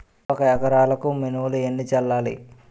ఒక ఎకరాలకు మినువులు ఎన్ని చల్లాలి?